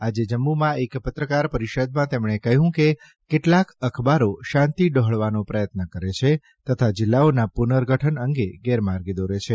આજે જમ્મુમાં એક પત્રકાર પરિષદમાં તેમણે કહ્યું કે કેટલાંક અખબારો શાંતિ ડહોળવાનો પ્રયત્ન કરે છે તથા જિલ્લાઓના પુર્નગઠન અંગે ગેરમાર્ગે દોરે છે